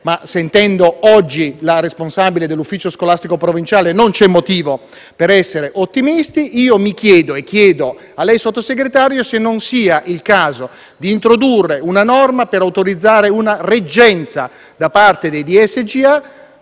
ma, sentendo oggi la responsabile dell'ufficio scolastico provinciale, non c'è motivo per essere ottimisti. Io chiedo a lei, signor Sottosegretario, se non sia il caso di introdurre una norma per autorizzare una reggenza da parte dei DSGA,